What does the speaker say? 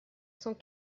cent